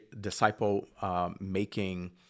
disciple-making